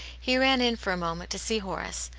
he ran in for a moment to see horace,